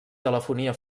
telefonia